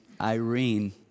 Irene